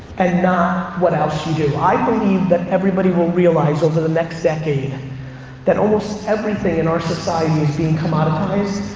and not what else you do. i believe that everybody will realize over the next decade that almost everything in our society is being commoditized,